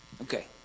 Okay